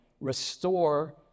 restore